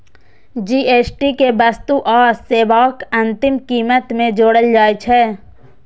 GST कें वस्तु आ सेवाक अंतिम कीमत मे जोड़ल जाइ छै